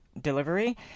delivery